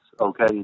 okay